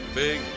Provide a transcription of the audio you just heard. big